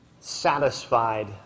satisfied